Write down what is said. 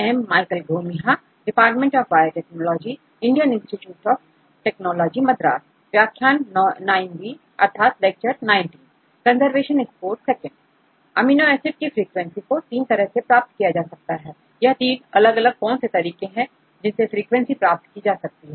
amino acids की frequency को 3 तरह से प्राप्त किया जा सकता है यह तीन अलग अलग कौन से तरीके हैं जिनसे फ्रीक्वेंसी प्राप्त की जा सकती है